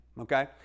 okay